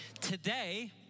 Today